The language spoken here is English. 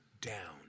down